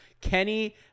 Kenny